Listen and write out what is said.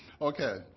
Okay